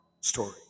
story